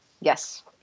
yes